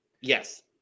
Yes